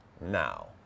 now